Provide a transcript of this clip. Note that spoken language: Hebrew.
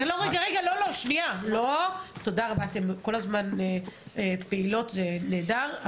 --- אתן כל הזמן פעילות, זה נהדר.